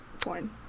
porn